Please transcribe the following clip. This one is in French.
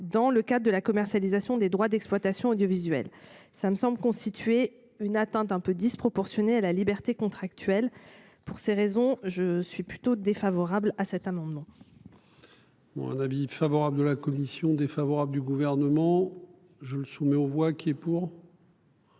dans le cadre de la commercialisation des droits d'exploitation audiovisuelle. Ça me semble constituer une atteinte un peu disproportionnée à la liberté contractuelle pour ces raisons je suis plutôt défavorable à cet amendement. Un avis favorable de la commission défavorable du gouvernement, je le soumets aux voix qui est pour.